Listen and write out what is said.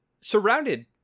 surrounded